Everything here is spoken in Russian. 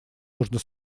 нужно